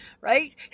Right